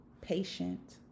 patient